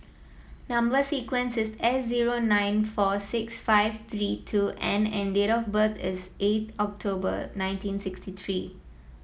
number sequence is S zero nine four six five three two N and date of birth is eighth October nineteen sixty three